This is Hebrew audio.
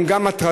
הן גם הטרדות,